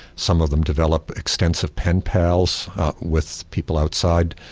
some of them develop extensive pen pals with people outside,